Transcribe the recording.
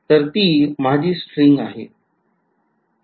तर ती माझी स्ट्रिंग आहे